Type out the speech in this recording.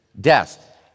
death